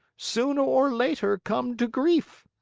sooner or later come to grief.